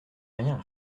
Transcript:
rien